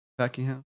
Packingham